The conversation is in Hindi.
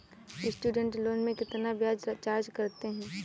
स्टूडेंट लोन में कितना ब्याज चार्ज करते हैं?